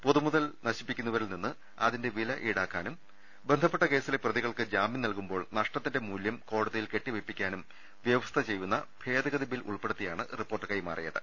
പൊതുമുതൽ നശി പ്പിക്കുന്നവരിൽ നിന്ന് അതിന്റെ വില ഇൌടാക്കാനും ബന്ധപ്പെട്ട കേസിലെ പ്രതികൾക്ക് ജാമ്യം നൽകുമ്പോൾ നഷ്ടത്തിന്റെ മൂല്യം കോടതിയിൽ കെട്ടിവെയ്പ്പിക്കാനും വ്യവസ്ഥ ചെയ്യുന്ന ഭേദഗതി ബിൽ ഉൾപ്പെടുത്തിയാണ് റിപ്പോർട്ട് കൈമാറിയത്